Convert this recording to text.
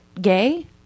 gay